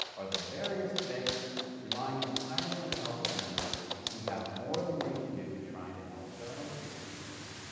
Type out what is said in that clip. are the veriest beggars, relying entirely on the help of members who have more than they can do in trying to help their own constituents.